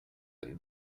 and